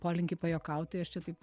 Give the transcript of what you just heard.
polinkį pajuokauti aš čia taip